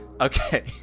Okay